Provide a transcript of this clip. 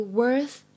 worth